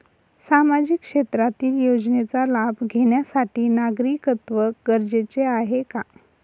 सामाजिक क्षेत्रातील योजनेचा लाभ घेण्यासाठी नागरिकत्व गरजेचे आहे का?